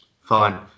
fine